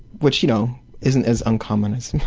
which you know isn't as uncommon as